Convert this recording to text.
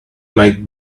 might